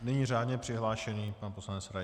Nyní řádně přihlášený pan poslanec Rais.